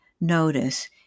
notice